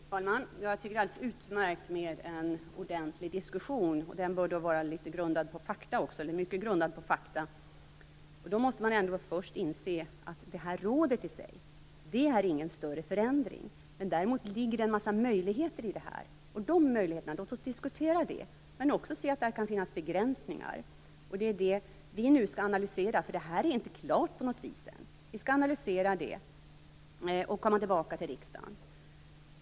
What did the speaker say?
Herr talman! Jag tycker att det är alldeles utmärkt med en ordentlig diskussion. Den bör också vara grundad på fakta. Då måste man först inse att rådet i sig inte innebär någon större förändring. Däremot ligger det en mängd möjligheter i det här. Låt oss diskutera de möjligheterna men också se att det här kan finnas begränsningar. Det är det som vi nu skall analysera. Det här är ännu inte på något vis klart. Vi skall analysera detta och komma tillbaka till riksdagen.